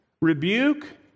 rebuke